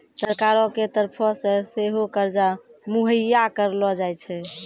सरकारो के तरफो से सेहो कर्जा मुहैय्या करलो जाय छै